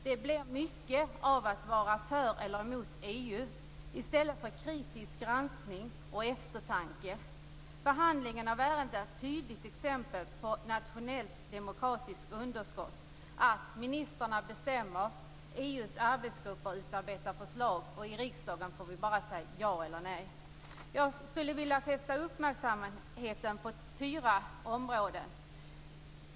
Det handlar mycket om att vara för eller emot EU i stället för kritisk granskning och eftertanke. Behandlingen av ärendet är ett tydligt exempel på nationellt demokratiskt underskott. Ministrarna bestämmer, EU:s arbetsgrupper utarbetar förslag och i riksdagen får vi bara säga ja eller nej. Jag skulle vilja fästa uppmärksamheten på fyra områden.